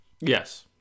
Yes